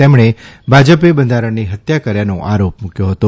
તેમણે ભાજપે બંધારણની હત્યા કર્યાનો આરોપ મૂક્વો હતો